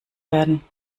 werden